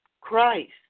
Christ